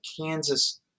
Kansas